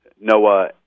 Noah